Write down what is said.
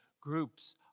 groups